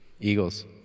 Eagles